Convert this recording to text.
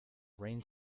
rain